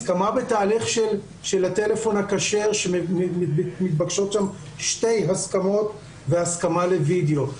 הסכמה בתהליך של הטלפון הכשר שמתבקשות שם שתי הסכמות והסכמה לווידאו.